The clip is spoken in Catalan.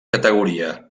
categoria